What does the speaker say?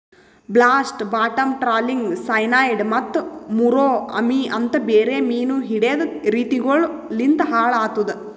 blast, bottom trawling, cyanide ಮತ್ತ muro ami ಅಂತ್ ಬೇರೆ ಮೀನು ಹಿಡೆದ್ ರೀತಿಗೊಳು ಲಿಂತ್ ಹಾಳ್ ಆತುದ್